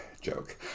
joke